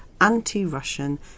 anti-Russian